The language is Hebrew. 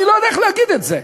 אני לא הולך להגיד את זה.